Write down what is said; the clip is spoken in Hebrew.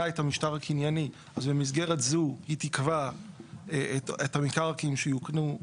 את המשטר הקנייני ובמסגרת זו היא תקבע את המקרקעין שיוקנו,